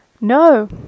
No